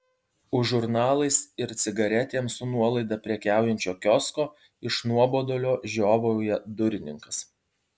už žurnalais ir cigaretėm su nuolaida prekiaujančio kiosko iš nuobodulio žiovauja durininkas